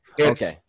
Okay